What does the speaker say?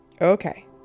Okay